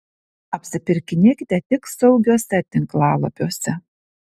apsipirkinėkite tik saugiuose tinklalapiuose